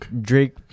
Drake